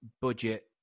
budget